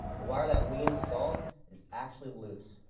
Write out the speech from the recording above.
the wire that we installed is actually loose.